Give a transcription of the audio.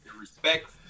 respect